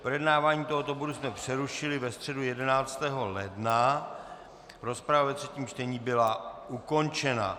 Projednávání tohoto bodu jsme přerušili ve středu 11. ledna, rozprava ve třetím čtení byla ukončena.